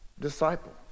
disciples